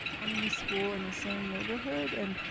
twenty school in the same neighborhood? and